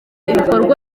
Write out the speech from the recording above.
ibikorwa